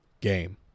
game